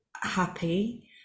happy